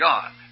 God